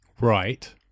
right